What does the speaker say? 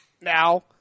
Now